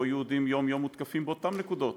שבו יהודים מותקפים יום-יום באותן נקודות,